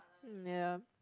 mm yup